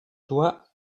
toi